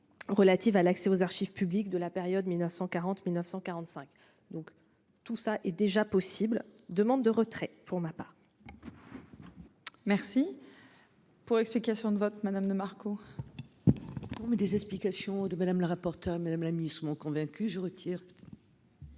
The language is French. Relatives à l'accès aux archives publiques de la période 1940 1945. Donc tout ça est déjà possible demande de retrait pour ma part. Merci. Pour l'explication de vote Madame de Marco. Mais des explications de Madame la rapporteur mesdames la ont convaincu je retire.